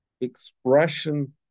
expression